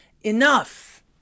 enough